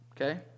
okay